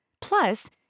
Plus